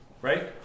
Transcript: Right